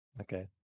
Okay